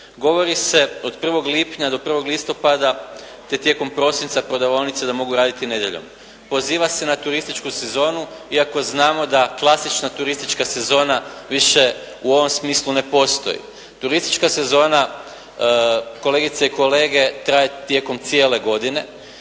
Govori se od 1. lipnja do 1. listopada, te tijekom prosinca prodavaonice da mogu raditi nedjeljom. Poziva se na turističku sezonu iako znamo da klasična turistička sezona više u ovom smislu ne postoji. Turistička sezona, kolegice i kolege, traje tijekom cijele godine